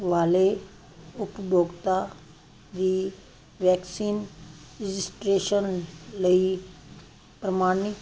ਵਾਲੇ ਉਪਭੋਗਤਾ ਦੀ ਵੈਕਸੀਨ ਰਜਿਸਟ੍ਰੇਸ਼ਨ ਲਈ ਪ੍ਰਮਾਣੀ